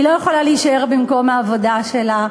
היא לא יכולה להישאר במקום העבודה שלה.